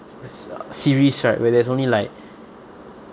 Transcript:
s~ uh series right where there's only like